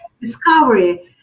discovery